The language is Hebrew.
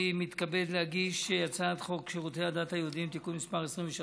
אני מתכבד להגיש את הצעת חוק שירותי הדת היהודיים (תיקון מס' 23,